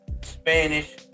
Spanish